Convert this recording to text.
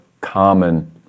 common